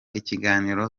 ikiganiro